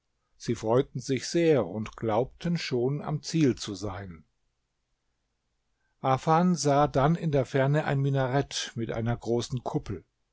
sie freuten sich sehr und glaubten schon am ziel zu sein afan sah dann in der ferne ein minarett mit einer großen kuppel